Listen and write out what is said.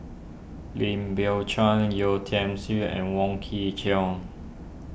Lim Biow Chuan Yeo Tiam Siew and Wong Kin Jong